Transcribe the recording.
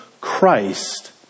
Christ